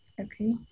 Okay